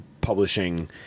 publishing